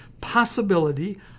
possibility